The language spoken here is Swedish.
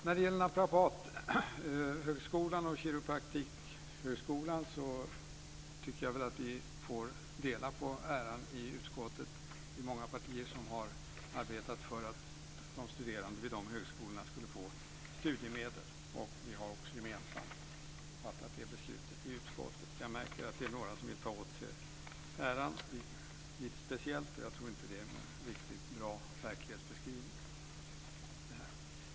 När det gäller naprapathögskolan och kiropraktikhögskolan tycker jag väl att vi får dela på äran i utskottet. Det är många partier som har arbetat för att de studerande vid dessa högskolor skulle få studiemedel. Vi har också gemensamt fattat beslutet i utskottet. Jag märker att det är några som vill ta åt sig äran lite speciellt, och jag tror inte att det är en riktigt bra verklighetsbeskrivning.